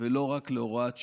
ולא רק כהוראת שעה.